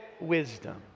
wisdom